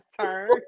turn